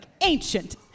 ancient